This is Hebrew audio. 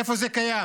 איפה זה קיים?